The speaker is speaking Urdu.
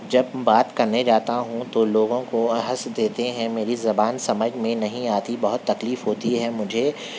جب بات کرنے جاتا ہوں تو لوگوں کو ہنس دیتے ہیں میری زبان سمجھ میں نہیں آتی بہت تکلیف ہوتی ہے مجھے